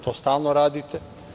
To stalno radite.